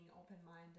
open-minded